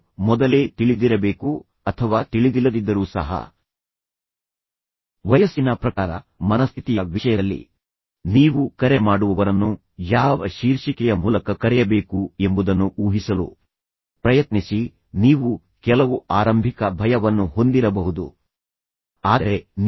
ಕರೆ ಮಾಡುವವರನ್ನು ನೀವು ಮೊದಲೇ ತಿಳಿದಿರಬೇಕು ಅಥವಾ ತಿಳಿದಿಲ್ಲದಿದ್ದರೂ ಸಹ ವಯಸ್ಸಿನ ಪ್ರಕಾರ ಮನಸ್ಥಿತಿಯ ವಿಷಯದಲ್ಲಿ ನೀವು ಕರೆ ಮಾಡುವವರನ್ನು ಯಾವ ಶೀರ್ಷಿಕೆಯ ಮೂಲಕ ಕರೆಯಬೇಕು ಎಂಬುದನ್ನು ಊಹಿಸಲು ಪ್ರಯತ್ನಿಸಿ ನೀವು ಕೆಲವು ಆರಂಭಿಕ ಭಯವನ್ನು ಹೊಂದಿರಬಹುದು ವಿಶೇಷವಾಗಿ ನೀವು ಹೊಸ ಸ್ಥಳದಲ್ಲಿದ್ದರೆ ಮತ್ತು ನಂತರ ನೀವು ಕೆಲವು ಕಠಿಣ ಕರೆ ಮಾಡುವವರನ್ನು ನಿಭಾಯಿಸಬೇಕು